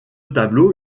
tableau